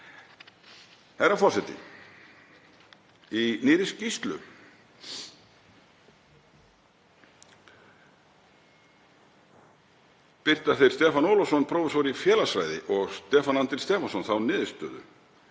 Herra forseti. Í nýrri skýrslu birta þeir Stefán Ólafsson, prófessor í félagsfræði, og Stefán Andri Stefánsson þá niðurstöðu